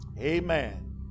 Amen